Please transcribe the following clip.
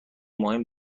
مهم